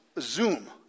Zoom